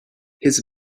his